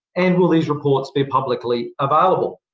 and will these reports be publicly available?